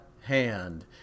hand